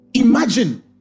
Imagine